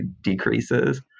decreases